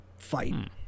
fight